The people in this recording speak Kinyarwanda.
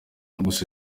gusa